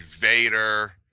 Vader